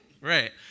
Right